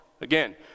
again